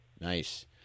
Nice